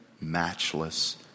matchless